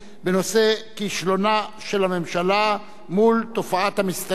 בנושא: כישלונה של הממשלה מול תופעת המסתננים.